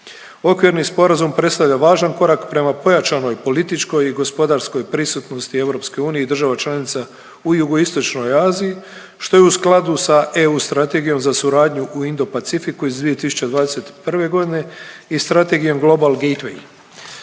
Okvirni sporazum predstavlja važan korak prema pojačanoj političkoj i gospodarskoj prisutnosti EU i država članica u Jugoistočnoj Aziji što je u skladu sa EU strategijom za suradnju u Indo-Pacifiku iz 2021. godine i Strategijom Global Gateway.